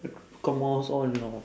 comp mouse all you know